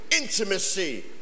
intimacy